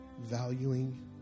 valuing